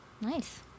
Nice